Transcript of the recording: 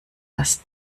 das